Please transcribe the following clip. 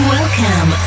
Welcome